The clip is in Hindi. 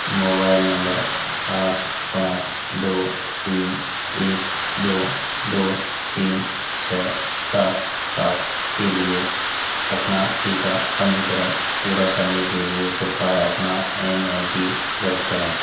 मोबाइल नंबर आठ पाँच दो तीन एक दो दो तीन छः सात सात के लिए अपना टीका पंजीकरण पूरा करने के लिए कृपया अपना एम एन पी दर्ज करें